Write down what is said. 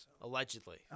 Allegedly